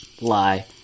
lie